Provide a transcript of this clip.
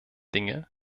dinge